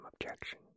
objection